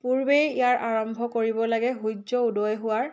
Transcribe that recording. পূৰ্বেই ইয়াৰ আৰম্ভ কৰিব লাগে সূৰ্য উদয় হোৱাৰ